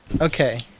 Okay